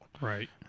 Right